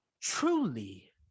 truly